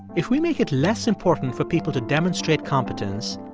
if we make it less important for people to demonstrate competence,